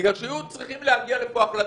בגלל שיהיו צריכות להגיע לפה החלטות,